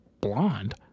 blonde